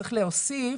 שצריך להוסיף,